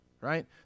right